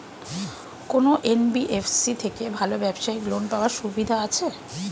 কোন এন.বি.এফ.সি থেকে ভালো ব্যবসায়িক লোন পাওয়ার সুবিধা আছে?